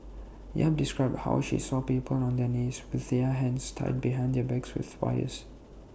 yap described how she saw people on their knees with their hands tied behind their backs with wires